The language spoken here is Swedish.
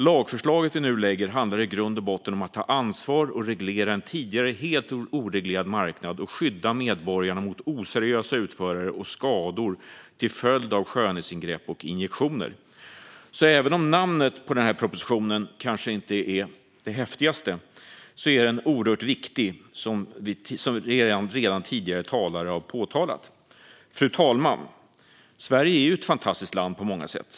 Lagförslaget vi nu lägger fram handlar i grund och botten om att ta ansvar och reglera en tidigare helt oreglerad marknad och skydda medborgarna mot oseriösa utförare och skador till följd av skönhetsingrepp och injektioner. Även om namnet på denna proposition kanske inte är det häftigaste är den alltså oerhört viktig, vilket tidigare talare redan har påpekat. Fru talman! Sverige är ett fantastiskt land på många sätt.